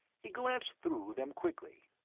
he glanced through them quickly.